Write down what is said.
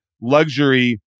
luxury